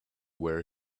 where